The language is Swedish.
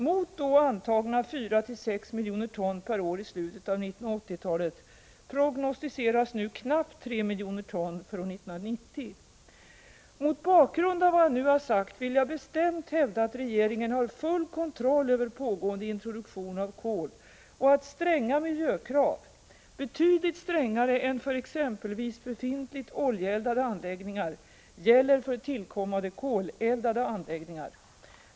Mot då antagna 4-6 miljoner ton/år i slutet av 1980-talet prognosticeras nu knappt 3 miljoner ton för år 1990. Mot bakgrund av vad jag nu har sagt vill jag bestämt hävda att regeringen har full kontroll över pågående introduktion av kol och att stränga miljökrav — betydligt strängare än för exempelvis befintligt oljeeldade anläggningar — gäller för tillkommande koleldade anläggningar.